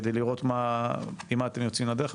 כדי לראות עם מה אתם יוצאים לדרך,